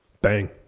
Bang